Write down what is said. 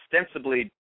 ostensibly